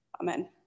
Amen